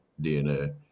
DNA